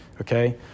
Okay